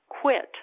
quit